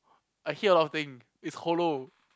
I hear a lot of thing it's hollow